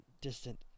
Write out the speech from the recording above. distant